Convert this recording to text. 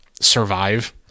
survive